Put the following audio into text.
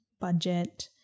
Budget